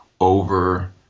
over